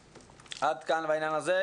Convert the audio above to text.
עד כאן בעניין הזה.